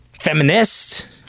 Feminist